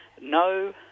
no